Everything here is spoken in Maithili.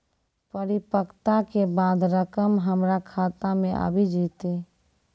परिपक्वता के बाद रकम हमरा खाता मे आबी जेतै?